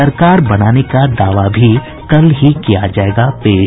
सरकार बनाने का दावा भी कल ही किया जायेगा पेश